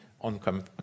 on